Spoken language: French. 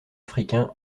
africain